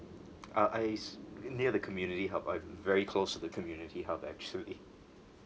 ah I is in near the community hub I'm very close to the community hub actually